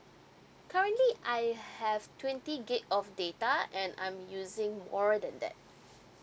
currently I have twenty gig of data and I'm using more than that